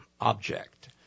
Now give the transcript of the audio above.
object